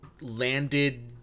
landed